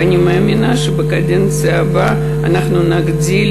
ואני מאמינה שבקדנציה הבאה אנחנו נגדיל